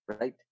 right